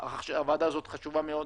הוועדה הזאת חשובה מאוד.